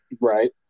Right